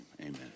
amen